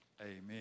amen